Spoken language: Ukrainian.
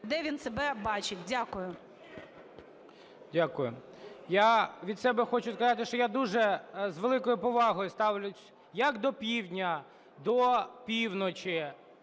де він себе бачить. Дякую. ГОЛОВУЮЧИЙ. Дякую. Я від себе хочу сказати, що я дуже з великою повагою ставлюся як до півдня, до півночі